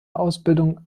ausbildung